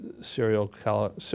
serial